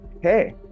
Hey